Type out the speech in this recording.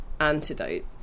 antidote